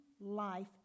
life